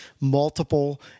multiple